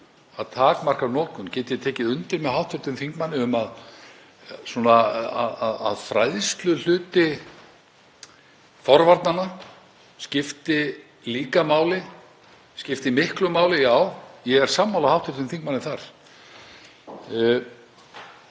að takmarka notkun. Get ég tekið undir með hv. þingmanni um að fræðsluhluti forvarnanna skipti líka máli, skipti miklu máli? Já, ég er sammála hv. þingmanni þar.